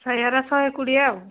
ସାୟା ଗୁଡ଼ା ଶହେ କୋଡ଼ିଏ ଆଉ